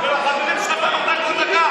אתה לא נותן לו זכות תגובה,